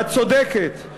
ואת צודקת,